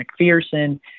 McPherson